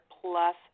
Plus